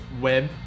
web